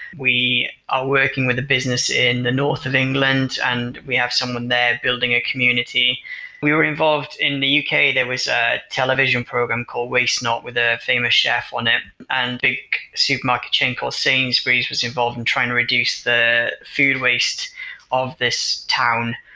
we are working with the business in the north of england and we have someone there building a community we were involved in the uk, there was a television program called waste not with a famous chef on it and big supermarket chain called sainsbury's was involved in trying to reduce the food waste of this town.